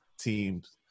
teams